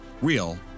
real